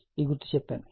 ఈ గుర్తును చెప్పాను